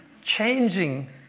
changing